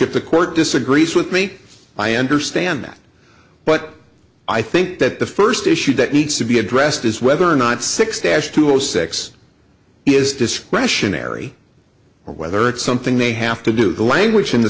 if the court disagrees with me i understand that but i think that the first issue that needs to be addressed is whether or not six dash to all six is discretionary or whether it's something they have to do the language in the